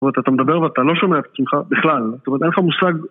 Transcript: זאת אומרת, אתה מדבר ואתה לא שומע את השמחה בכלל, זאת אומרת אין לך מושג